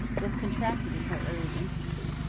was contracted in her early infancy.